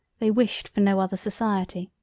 they wished for no other society.